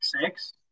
six